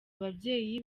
ababyeyi